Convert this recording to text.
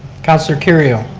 councilor kerrio.